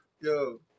Yo